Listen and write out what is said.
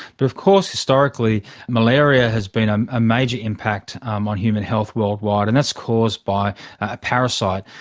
but of course historically malaria has been um a major impact um on human health worldwide, and that's caused by a parasite.